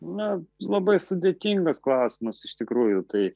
na labai sudėtingas klausimas iš tikrųjų tai